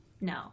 No